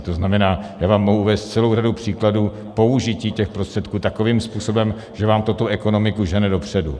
To znamená, já vám mohu uvést celou řadu příkladů použití těch prostředků takovým způsobem, že vám to tu ekonomiku žene dopředu.